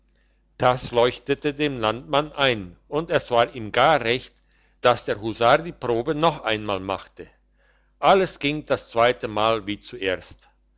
das leuchtete dem landmann ein und es war ihm gar recht dass der husar die probe noch einmal machte alles ging das zweite mal wie zuerst